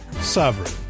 Sovereign